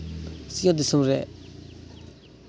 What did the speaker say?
ᱥᱤᱧᱚᱛ ᱫᱤᱥᱚᱢ ᱨᱮ